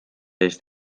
eest